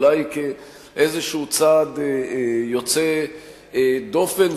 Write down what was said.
אולי כאיזה צעד יוצא דופן,